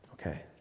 okay